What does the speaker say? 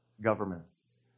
governments